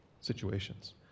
situations